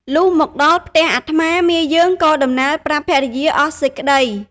លុះមកដល់ផ្ទះអាត្មា មាយើងក៏ដំណាលប្រាប់ភរិយាអស់សេចក្តី។